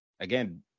Again